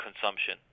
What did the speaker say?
consumption